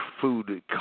food